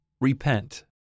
Repent